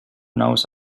knows